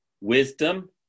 Wisdom